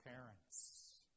parents